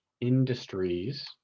industries